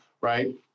right